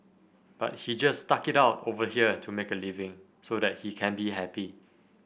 but he just stuck it out over here to make a living so that he can be happy